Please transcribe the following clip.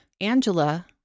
Angela